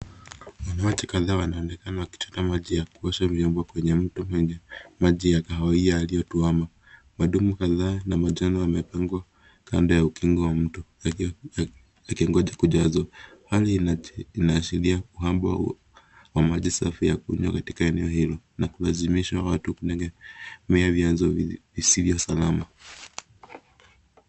Wanawake kataa wanaonekana kuchota maji ya kuosha vyombo kwenye mto wenye maji kahawia iliotwama madumu kataa na manjano yamepangwa kando ya ukingo wa mto kungoja kujaswa hali inaashiria kwamba maji safi ya kukunywa katika eneo hilo na kulasimisha watu kulenga mimea vianzo visivyo salama.